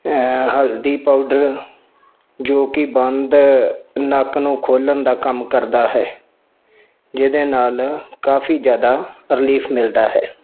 ਹਲਦੀ ਪਾਊਡਰ ਜੋ ਕਿ ਬੰਦ ਨੱਕ ਨੂੰ ਖੋਲਣ ਦਾ ਕੰਮ ਕਰਦਾ ਹੈ ਜਿਹਦੇ ਨਾਲ ਕਾਫ਼ੀ ਜ਼ਿਆਦਾ ਰਿਲੀਫ ਮਿਲਦਾ ਹੈ